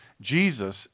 Jesus